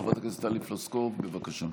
חברת הכנסת טלי פלוסקוב, בבקשה.